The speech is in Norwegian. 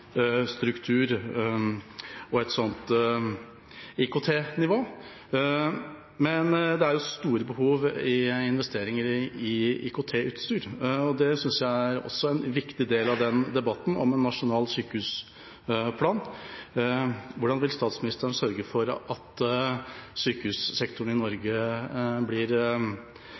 struktur og et slikt IKT-nivå, men det er jo store behov for investeringer i IKT-utstyr, og det synes jeg også er en viktig del av debatten om en nasjonal sykehusplan. Hvordan vil statsministeren sørge for at sykehussektoren i